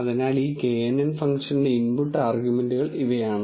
അതിനാൽ ഈ knn ഫംഗ്ഷന്റെ ഇൻപുട്ട് ആർഗ്യുമെന്റുകൾ ഇവയാണ്